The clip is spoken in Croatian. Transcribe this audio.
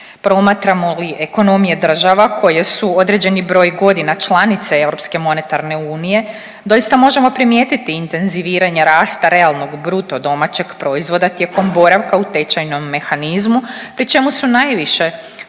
Promatramo li ekonomije država koje su određeni broj godina članice Europske monetarne unije doista možemo primijetiti intenziviranje rasta realnog bruto domaćeg proizvoda tijekom boravka u tečajnom mehanizmu pri čemu su najviše prosječne